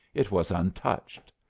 it was untouched.